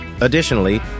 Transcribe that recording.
Additionally